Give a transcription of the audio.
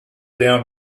down